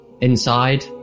inside